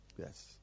Yes